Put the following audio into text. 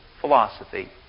philosophy